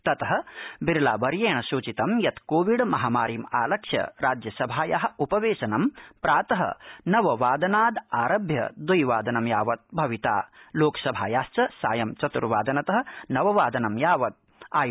ततः बिरलावर्येण प्रोक्तं यत् कोविड महामारीमालक्ष्य राज्यसभायाः उपवेशनम् प्रातः नववादनादारभ्य द्विवादनं यावत् भविता लोकसभायाश्च सायम् चत्र्वादनतः नववादनम् यावत् इति